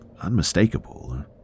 unmistakable